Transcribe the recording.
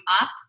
up